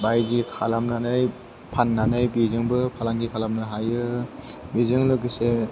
बायदि खालामनानै फाननानै बेजोंबो फालांगि खालामनो हायो बेजों लोगोसे